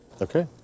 Okay